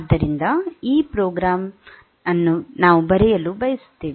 ಆದ್ದರಿಂದ ಈ ಪ್ರೋಗ್ರಾಂ ನಾವು ಬರೆಯಲು ಬಯಸುತ್ತೇವೆ